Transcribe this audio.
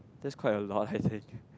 that's quite a lot I think